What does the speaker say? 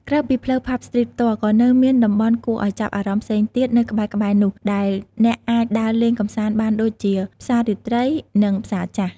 ក្រៅពីផ្លូវ ផាប់ ស្ទ្រីត ផ្ទាល់ ក៏នៅមានតំបន់គួរឲ្យចាប់អារម្មណ៍ផ្សេងទៀតនៅក្បែរៗនោះ ដែលអ្នកអាចដើរលេងកម្សាន្តបានដូចជា ផ្សាររាត្រី និង ផ្សារចាស់។